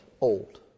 old